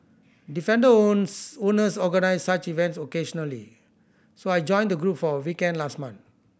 defender owners organise such events occasionally so I joined the group for a weekend last month